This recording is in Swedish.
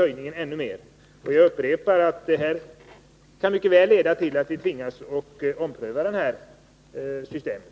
Jag upprepar att detta mycket väl kan leda till att vi tvingas ompröva systemet.